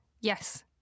Yes